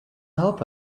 help